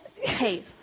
hey